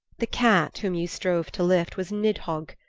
the cat whom you strove to lift was nidhogg,